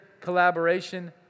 collaboration